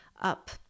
up